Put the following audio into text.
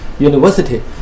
University